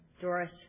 Doris